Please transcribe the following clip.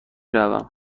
روم